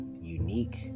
unique